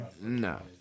No